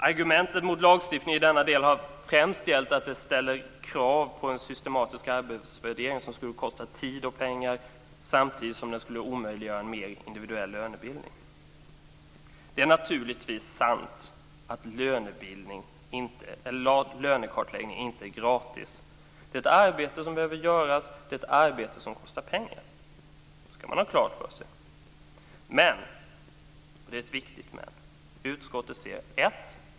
Argumentet mot lagstiftning i denna del har främst gällt att det ställer krav på en systematisk arbetsvärdering som skulle kosta tid och pengar samtidigt som den skulle omöjliggöra en mer individuell lönebildning. Det är naturligtvis sant att lönekartläggning inte är gratis. Det är ett arbete som behöver utföras, ett arbete som kostar pengar. Det ska man ha klart för sig. Men, och det är ett viktigt men, utskottet anser: 1.